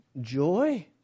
joy